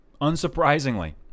unsurprisingly